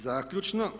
Zaključno.